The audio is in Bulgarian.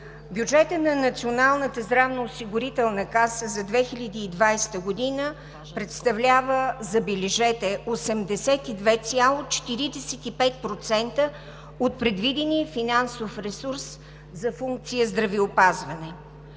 Бюджетът на Националната здравноосигурителна каса за 2020 г. представлява – забележете – 82,45% от предвидения финансов ресурс за функция „Здравеопазване“.